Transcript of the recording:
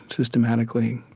systematically,